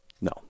No